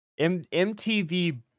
MTV